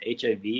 HIV